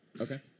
Okay